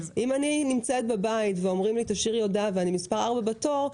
אם אני נמצאת בבית ואומרים לי להשאיר הודעה ואני מספר 4 בתור,